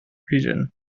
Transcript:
region